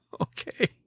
Okay